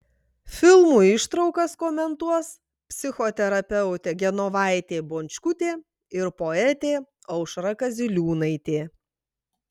filmų ištraukas komentuos psichoterapeutė genovaitė bončkutė ir poetė aušra kaziliūnaitė